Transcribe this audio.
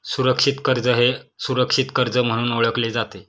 सुरक्षित कर्ज हे सुरक्षित कर्ज म्हणून ओळखले जाते